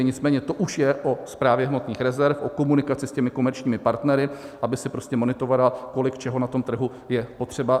Nicméně to už je o Správě hmotných rezerv, o komunikaci s těmi komerčními partnery, aby si prostě monitorovala, kolik čeho na tom trhu je potřeba.